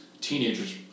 teenagers